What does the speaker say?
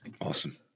Awesome